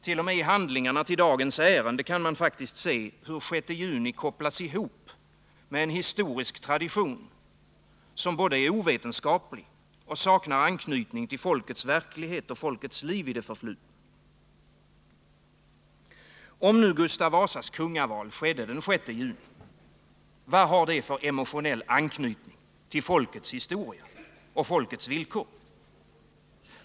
T. o. m. i handlingarna till dagens ärende kan man faktiskt se hur 6 juni kopplas ihop med en historisk tradition, som både är ovetenskaplig och saknar anknytning till folkets verklighet och folkets liv i det förflutna. Om nu Gustav Vasas kungaval skedde den 6 juni, vad har det för emotionell anknytning till folkets historia och folkets villkor?